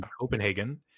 copenhagen